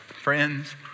Friends